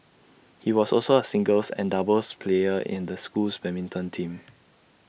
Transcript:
he was also A singles and doubles player in the school's badminton team